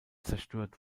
zerstört